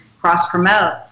cross-promote